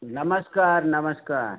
नमस्कार नमस्कार